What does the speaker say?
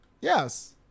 Yes